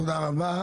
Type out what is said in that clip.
תודה רבה,